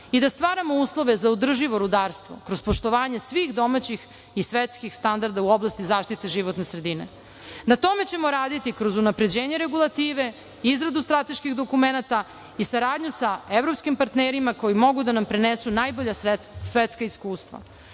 i da stvaramo uslove za održivo rudarstvo kroz poštovanje svih domaćih i svetskih standarda u oblasti zaštite životne sredine. Na tome ćemo raditi kroz unapređenje regulative, izradu strateških dokumenta i saradnje sa evropskim partnerima koji mogu da nam prenesu najbolja svetska iskustva.